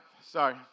Sorry